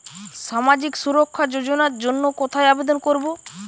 সামাজিক সুরক্ষা যোজনার জন্য কোথায় আবেদন করব?